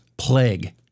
Plague